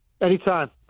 Anytime